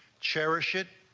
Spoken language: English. cherish it,